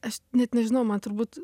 aš net nežinau man turbūt